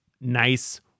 nice